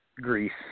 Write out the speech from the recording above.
Greece